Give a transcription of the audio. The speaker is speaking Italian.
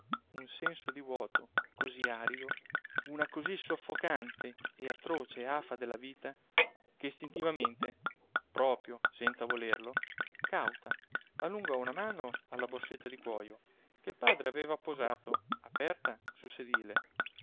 un senso di vuoto così arido una così soffocante e atroce afa della vita che istintivamente proprio senza volerlo cauta allungò una mano alla borsetta di cuojo che il padre aveva posato aperta sul sedile